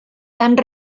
tant